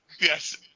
Yes